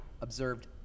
observed